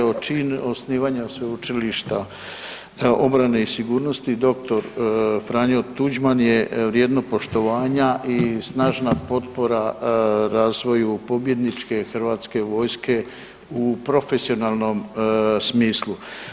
Evo čin osnivanja Sveučilišta obrane i sigurnosti dr. Franjo Tuđman je vrijedno poštovanja i snažna potpora razvoju pobjedničke hrvatske vojske u profesionalnom smislu.